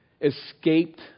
escaped